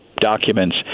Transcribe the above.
documents